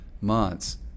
months